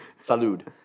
Salud